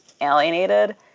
alienated